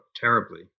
terribly